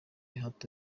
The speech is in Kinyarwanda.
hato